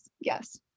yes